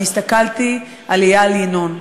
אני הסתכלתי על איל ינון,